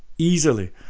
Easily